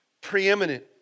preeminent